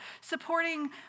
Supporting